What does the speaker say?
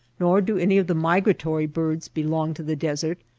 nor do any of the migratory birds be long to the desert,